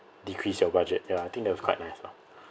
decrease your budget ya I think that was quite nice lah